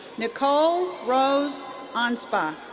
nicole rose anspach.